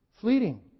fleeting